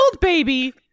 baby